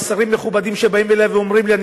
ושרים מכובדים באים אלי ואומרים לי: אני